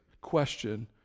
question